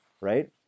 right